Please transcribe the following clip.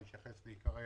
אני אתייחס לעיקרי